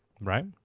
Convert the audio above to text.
Right